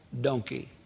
donkey